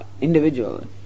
individual